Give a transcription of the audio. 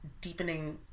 deepening